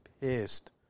pissed